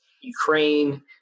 Ukraine